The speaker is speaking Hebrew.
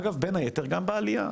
ואגב, בין היתר, גם בעלייה.